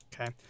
Okay